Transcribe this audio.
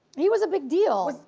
he was a big deal.